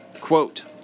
Quote